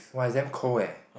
!wah! is damn cold leh